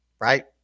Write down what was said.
Right